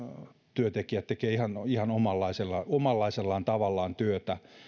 työntekijät tekevät ihan ihan omanlaisellaan omanlaisellaan tavalla työtä